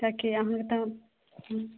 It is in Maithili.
किएक कि अहाँके तऽ